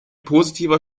positiver